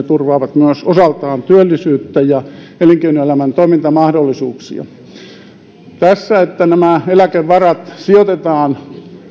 turvaavat osaltaan työllisyyttä ja elinkeinoelämän toimintamahdollisuuksia tämä että eläkevarat sijoitetaan